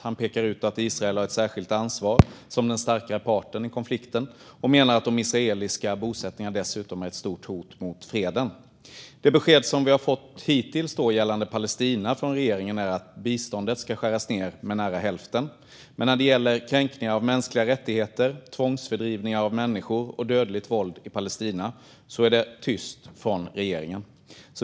Han pekar på att Israel har ett särskilt ansvar som den starkare parten i konflikten. Han menar att de israeliska bosättningarna dessutom utgör ett stort hot mot freden. Det besked som vi har fått hittills gällande Palestina från regeringen är att biståndet ska skäras ned med nära hälften. Men när det gäller kränkningar av mänskliga rättigheter, tvångsfördrivningar av människor och dödligt våld i Palestina är det tyst från regeringen.